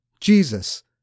Jesus